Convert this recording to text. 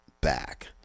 back